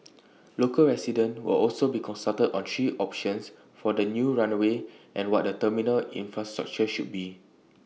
local residents will also be consulted on three options for the new runway and what the terminal infrastructure should be